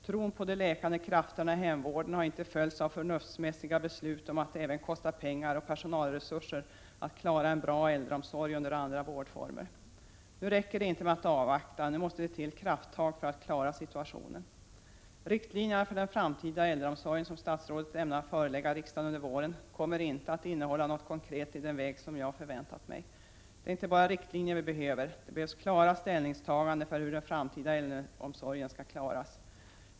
Tron på de läkande krafterna i hemvården har inte följts av förnuftsmässiga beslut om att det även kostar pengar och personalresurser att klara en bra äldreomsorg under andra vårdformer. Nu räcker det inte med att avvakta, nu måste det till krafttag för att klara situationen. Riktlinjerna för den framtida äldreomsorgen, som statsrådet ämnar förelägga riksdagen under våren, kommer inte att innehålla något konkret i den väg som jag förväntat mig. Det är inte bara riktlinjer vi behöver, utan det behövs även klara ställningstaganden för hur den framtida äldreomsorgen skall klaras.